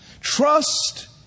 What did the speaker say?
Trust